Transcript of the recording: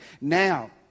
Now